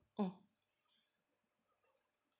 mm